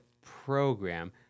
program